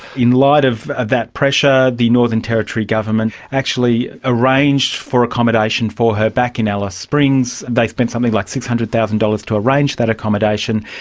in light of that pressure, the northern territory government actually arranged for accommodation for her back in alice springs. they spent something like six hundred thousand dollars to arrange that accommodation.